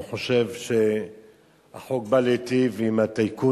הוא חושב שהחוק בא להיטיב עם הטייקונים,